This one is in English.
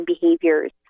behaviors